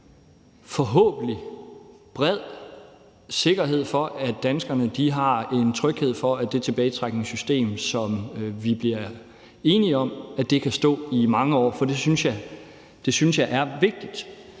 forhåbentlig bred sikkerhed for, at danskerne har en tryghed for, at det tilbagetrækningssystem, som vi bliver enige om, kan stå i mange år. For det synes jeg er vigtigt.